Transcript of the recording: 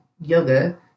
yoga